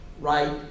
right